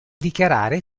dichiarare